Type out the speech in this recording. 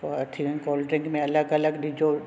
हूअ थी वियूं कोल्ड्रिंक में अलॻि अलॻि ॾिजो